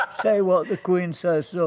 say what the queen says. so,